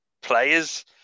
players